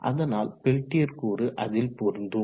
அதனால் பெல்டியர் கூறு அதில் பொருந்தும்